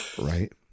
Right